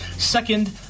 Second